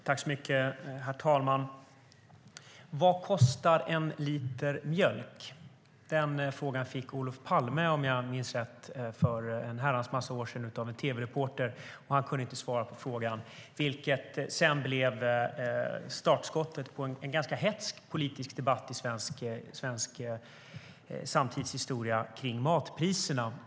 Herr talman! Vad kostar en liter mjölk? Den frågan fick Olof Palme, om jag minns rätt, för en herrans massa år sedan av en tv-reporter. Han kunde inte svara på frågan, vilket blev startskottet på en ganska hätsk politisk debatt i svensk samtidshistoria kring matpriserna.